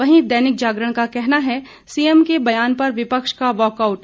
वहीं दैनिक जागरण का कहना है सीएम के बयान पर विपक्ष का वाकआउट